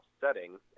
setting